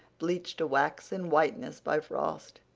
bleached to waxen whiteness by frost.